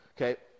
okay